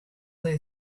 they